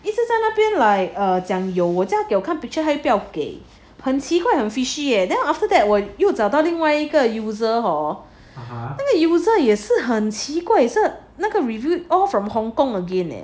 一直在那边 like 讲有我叫他看 picture 他又不要给很奇怪很 fishy leh then after that 我又找到另外一个 user hor 那个 user 也是很奇怪也是 review all from Hong Kong again leh